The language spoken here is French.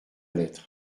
lettre